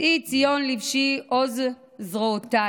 שאי ציון לבשי עוז זרועותייך,